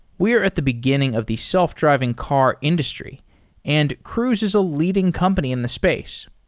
we are at the beginning of the self driving car industry and cruise is a leading company in the space.